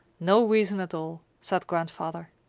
no reason at all, said grandfather.